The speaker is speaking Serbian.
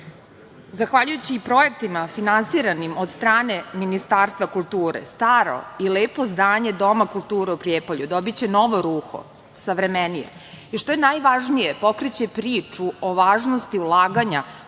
Srbiji. Zahvaljujući projektima finansiranim od strane Ministarstva kulture, staro i lepo zdanje Doma kulture u Prijepolju dobiće novo ruho, savremenije, i što je najvažnije, pokriće priču o važnosti ulaganja